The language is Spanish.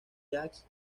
jazz